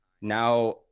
Now